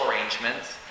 arrangements